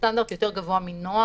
אפילו בסטנדרט יותר גבוה מנוהל.